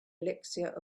elixir